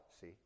see